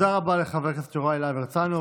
תודה רבה לחבר הכנסת יוראי להב הרצנו.